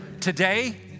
Today